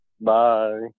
Bye